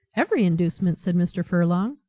every inducement, said mr. furlong.